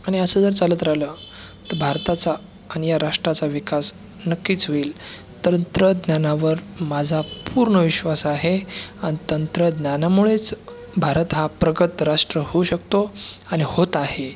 आणि असं जर चालत राहिलं तर भारताचा आणि या राष्ट्राचा विकास नक्कीच होईल तंत्रज्ञानावर माझा पूर्ण विश्वास आहे आणि तंत्रज्ञानामुळेच भारत हा प्रगत राष्ट्र होऊ शकतो आणि होत आहे